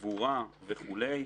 קבורה וכולי.